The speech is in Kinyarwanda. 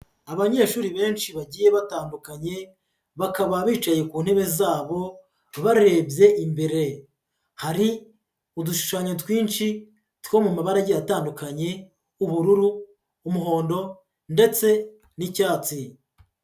Abanyeshuri benshi bagiye batandukanye, bakaba bicaye ku ntebe zabo barebye imbere, hari udushushanyo twinshi two mu mabara agiye atandukanye, ubururu, umuhondo ndetse n'icyatsi.